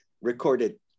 recorded